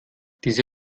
diese